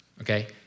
okay